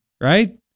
Right